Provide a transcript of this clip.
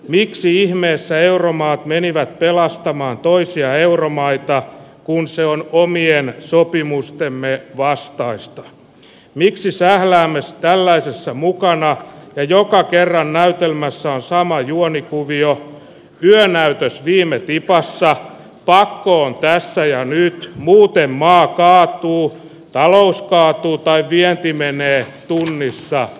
miksi ihmeessä euromaat menivät pelastamaan toisia euromaita kun se on omien sopimustemme vastaista niin sisällämme tällaisessa mukana joka kerran näytelmässä on sama juonikuvio yönäytös viime tipassa pakko on tässä ja yks muuten maa kaatuu talous kaatuu tai vientiin menee tunnissa